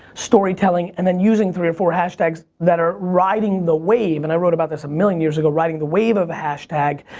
storytelling, and then using three or four hashtags that are riding the wave. and i wrote about this a million years ago, riding the wave of a hashtag.